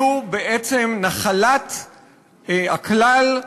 יהיו בעצם נחלת הכלל,